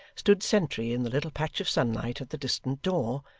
stood sentry in the little patch of sunlight at the distant door,